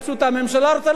הממשלה רוצה להביא את זה?